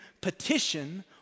petition